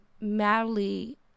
madly